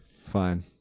Fine